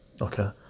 okay